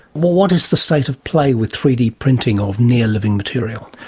what what is the state of play with three d printing of near living material?